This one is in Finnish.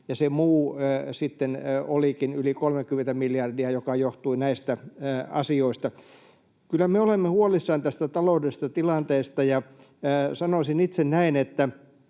se muu sitten olikin yli 30 miljardia, mikä johtui näistä asioista. Kyllä me olemme huolissamme tästä taloudellisesta tilanteesta. Sanoisin itse näin siitä